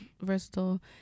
versatile